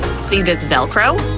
see this velcro?